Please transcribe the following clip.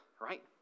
right